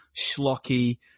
schlocky